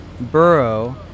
borough